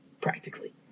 practically